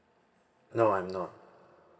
no I'm not